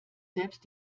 selbst